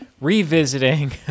revisiting